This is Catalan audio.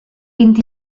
vint